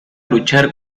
luchar